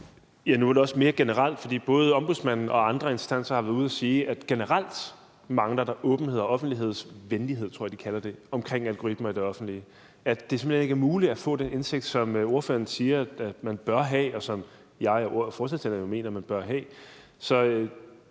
Nu er det også mere generelt, fordi både Ombudsmanden og andre instanser har været ude at sige, at der generelt mangler åbenhed og offentlighedsvenlighed, tror jeg de kalder det, omkring algoritmerne i det offentlige: at det simpelt hen ikke er muligt at få den indsigt, som ordføreren siger at man bør have, og som jeg og forslagsstillerne mener man bør have. Så